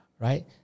right